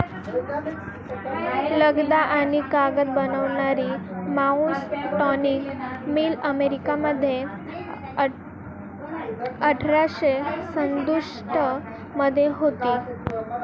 लगदा आणि कागद बनवणारी हाऊसटॉनिक मिल अमेरिकेमध्ये अठराशे सदुसष्ट मध्ये होती